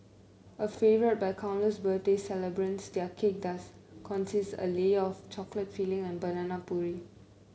a favourite by countless birthday celebrants that cake does consist a layer of chocolate filling and banana puree